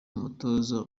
umutoza